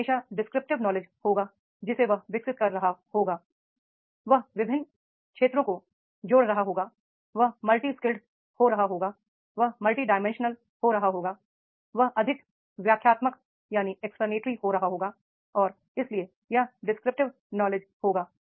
यह हमेशा descriptive knowledge होगा जिसे वह विकसित कर रहा होगा वह विभिन्न क्षेत्रों को जोड़ रहा होगा वह मल्टी स्किल्स हो रहा होगा वह मल्टीडाइमेंशनल हो रहा होगा वह अधिक व्याख्यात्मक हो रहा होगा और इसलिए यह डिस्क्रिप्टिव नॉलेज होगा